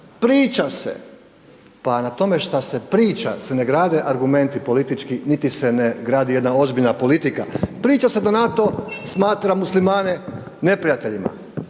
priča se, pa na tome što se priča se ne grade argumenti politički niti se ne gradi jedna ozbiljna politika. Priča se da NATO smatra muslimane neprijateljima.